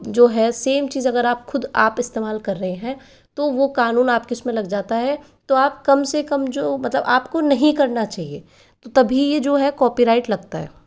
जो है सेम चीज़ अगर आप ख़ुद आप इस्तेमाल कर रहे हैं तो वो क़ानून आप के इस में लग जाता है तो आप कम से कम जो मतलब आप को नहीं करना चाहिए तो तभी ये जो है कोपीराइट लगता है